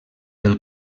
del